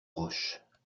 roches